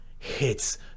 hits